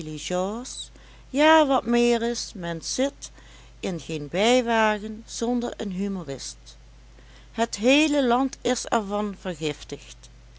ja wat meer is men zit in geen bijwagen zonder een humorist het heele land is er van vergiftigd